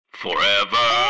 forever